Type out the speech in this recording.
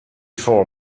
four